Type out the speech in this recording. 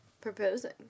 proposing